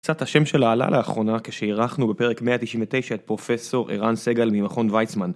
קצת השם שלה עלה לאחרונה כשהאירחנו בפרק 199 את פרופסור ערן סגל ממכון ויצמן.